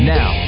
Now